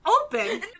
open